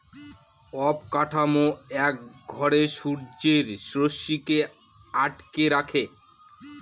অবকাঠামো এক ঘরে সূর্যের রশ্মিকে আটকে রাখে